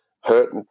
hurt